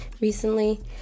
recently